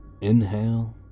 Inhale